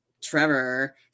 Trevor